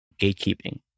gatekeeping